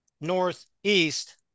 northeast